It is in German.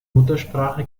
muttersprache